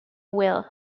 will